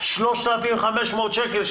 3,500 שקל.